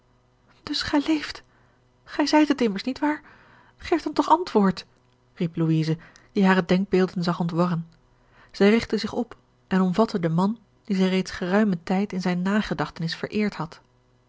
gij leeft gij zijt het immers niet waar geef dan toch antwoord riep louise die hare denkbeelden zag ontwarren zij rigtte zich op en omvatte den man dien zij reeds geruimen tijd in zijne nagedachtenis vereerd had